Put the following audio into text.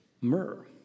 myrrh